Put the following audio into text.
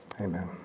Amen